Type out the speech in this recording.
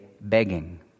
begging